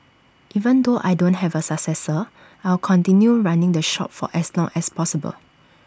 even though I don't have A successor I'll continue running the shop for as long as possible